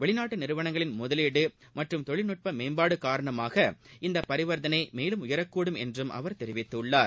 வெளிநாட்டு நிறுவனங்களின் முதலீடு மற்றும் தொழில்நுட்ப மேம்பாடு காரணமாக இந்த பரிவர்த்தனை மேலும் உயரக்கூடும் என்றும் அவர் தெரிவித்துள்ளார்